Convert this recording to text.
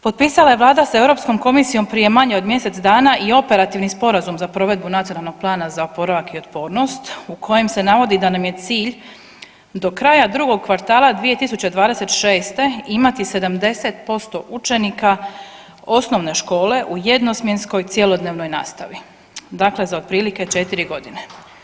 Potpisala je Vlada sa Europskom komisijom prije manje od mjesec dana i operativni sporazum za provedbu Nacionalnog plana za oporavak i otpornost u kojem se navodi da nam je cilj do kraja drugog kvartala 2026. imati 70% učenika osnovne škole u jedno smjenskoj cjelodnevnoj nastavi, dakle za otprilike 4 godine.